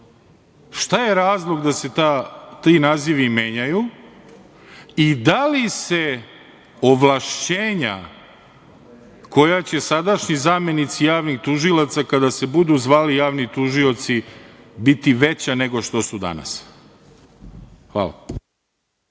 šta je razlog da se ti nazivi menjaju i da li se ovlašćenja koja će sadašnji zamenici javnih tužilaca kada se budu zvali javni tužioci biti veća nego što su danas? Hvala.